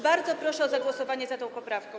Bardzo proszę o zagłosowanie za tą poprawką.